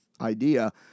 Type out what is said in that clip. idea